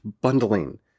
bundling